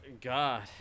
God